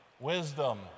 wisdom